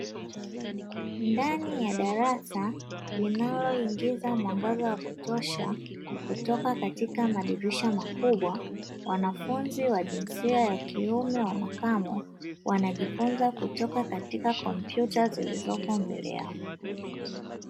Ndani ya darasa linaloingiza mwangaza wa kutosha kutoka katika madirisha makubwa, wanafunzi wa jinsia ya kiume wa makamo wanajifunza kutoka katika kompyuta zilizopo mbele yao.